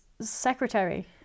secretary